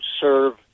serve